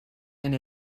and